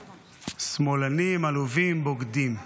שמאלנים, עלובים, בוגדים.